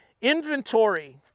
inventory